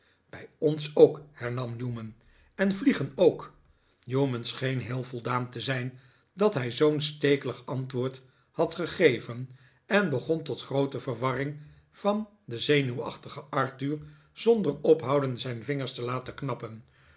bij ons ook hernam newman en vliegen ook newman scheen heel voldaan te zijn dat hij zoo'n stekelig antwoord had gegeven en begon tot groote verwarring van den zenuwachtigen arthur zonder ophouden zijn vingers te laten knappen